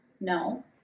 no